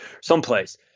someplace